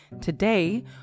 Today